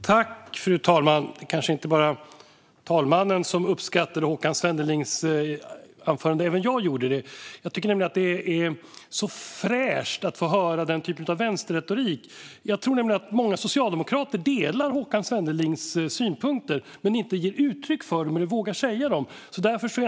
Fru talman! Det var nog inte bara fru talmannen som uppskattade Håkan Svennelings anförande. Även jag gjorde det. Jag tycker nämligen att det är fräscht att få höra denna typ av vänsterretorik. Jag tror att många socialdemokrater delar Håkan Svennelings synpunkter men inte vågar ge uttryck för dem.